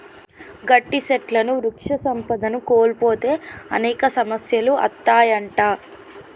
గట్టి సెట్లుని వృక్ష సంపదను కోల్పోతే అనేక సమస్యలు అత్తాయంట